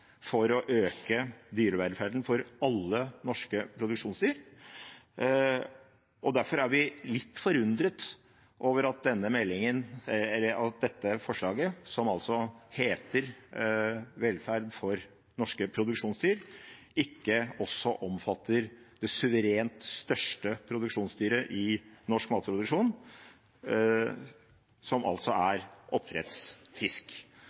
for å øke dyrevelferden for alle norske produksjonsdyr. Derfor er vi litt forundret over at dette forslaget, som altså dreier seg om velferd for norske produksjonsdyr, ikke også omfatter det suverent største produksjonsdyret i norsk matproduksjon, som